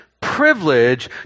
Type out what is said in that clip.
privilege